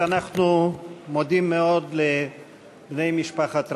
חברי הכנסת, אנחנו מודים מאוד לבני משפחת רבין,